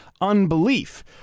unbelief